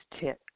tip